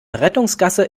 rettungsgasse